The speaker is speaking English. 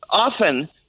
often